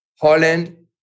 Holland